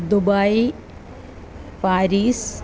Dubai Paris